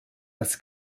als